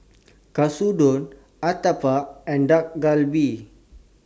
Katsudon Uthapam and Dak Galbi